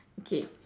okay